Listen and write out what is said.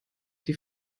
die